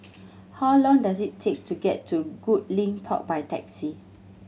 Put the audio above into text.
how long does it take to get to Goodlink Park by taxi